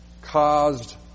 caused